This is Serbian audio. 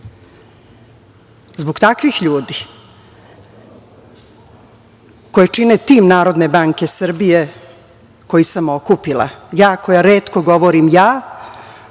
takvih ljudi, koji čine tim Narodne banke Srbije koji sam okupila, ja koja retko govorim – ja,